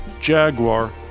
Jaguar